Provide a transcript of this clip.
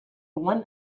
one